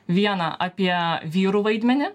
vieną apie vyrų vaidmenį